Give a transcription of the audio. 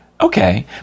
Okay